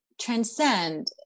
transcend